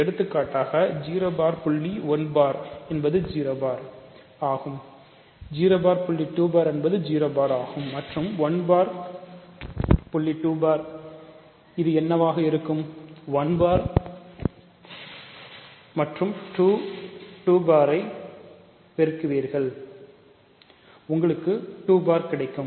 எடுத்துக்காட்டாக 0 பார் கிடைக்கும்